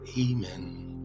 Amen